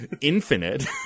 Infinite